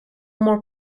more